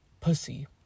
pussy